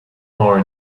more